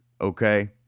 okay